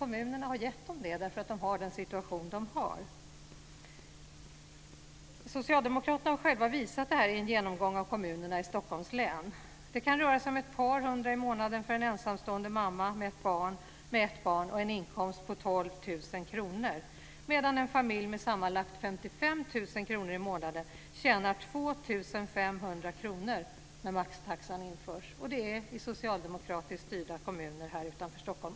Kommunen har gett dem det därför att de har den situation de har. Socialdemokraterna har själva visat på detta i en genomgång av kommunerna i Stockholms län. Det kan röra sig om ett par hundra i månaden för en ensamstående mamma med ett barn och en inkomst på detta i socialdemokratiskt styrda kommuner här utanför Stockholm.